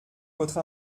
votre